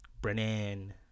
Brennan